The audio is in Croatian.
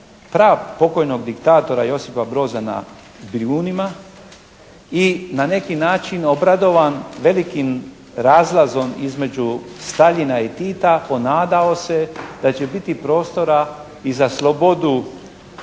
pokojnog diktatora Josipa Broza na Brijunima i na neki način obradovan velikim razlazom između Staljina i Tita ponadao se da će biti prostora i za slobodu